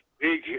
big